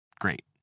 great